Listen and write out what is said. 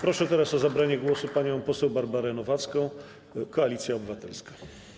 Proszę teraz o zabranie głosu panią poseł Barbarę Nowacką, Koalicja Obywatelska.